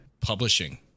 publishing